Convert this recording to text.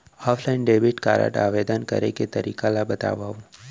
Offline debit card आवेदन करे के तरीका ल बतावव?